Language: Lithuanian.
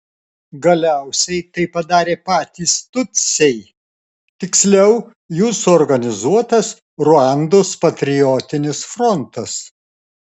galiausiai tai padarė patys tutsiai tiksliau jų suorganizuotas ruandos patriotinis frontas